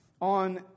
on